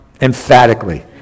emphatically